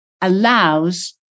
allows